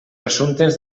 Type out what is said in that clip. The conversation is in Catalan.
assumptes